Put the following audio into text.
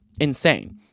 insane